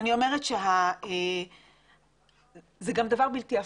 אני אומרת שזה דבר בלתי הפיך.